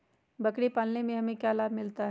बकरी पालने से हमें क्या लाभ मिलता है?